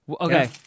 Okay